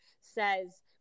says